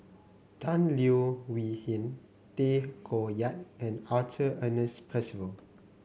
Tan Leo Wee Hin Tay Koh Yat and Arthur Ernest Percival